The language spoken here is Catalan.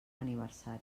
aniversari